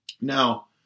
Now